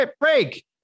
break